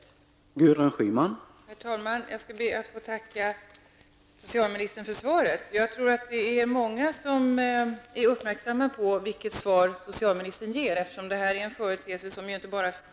Då Viola Claesson, som framställt frågan, anmält att hon var förhindrad att närvara vid sammanträdet, medgav andre vice talmannen att